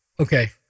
Okay